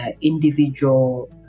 individual